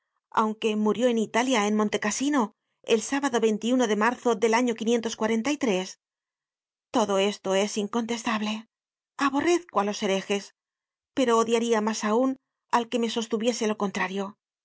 aunque murió en italia en monte casino el sábado de marzo del año todo esto es incontestable aborrezco á los herejes pero odiaría mas aun al que me sostuviese lo contrario